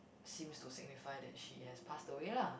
seems to signify that she has passed away lah